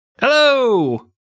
Hello